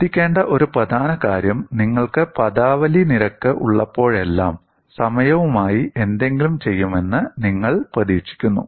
ശ്രദ്ധിക്കേണ്ട ഒരു പ്രധാന കാര്യം നിങ്ങൾക്ക് പദാവലി നിരക്ക് ഉള്ളപ്പോഴെല്ലാം സമയവുമായി എന്തെങ്കിലും ചെയ്യുമെന്ന് നിങ്ങൾ പ്രതീക്ഷിക്കുന്നു